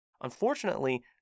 Unfortunately